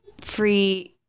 free